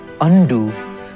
undo